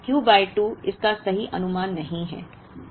तो Q by 2 इस का सही अनुमान नहीं है